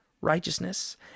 righteousness